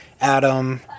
Adam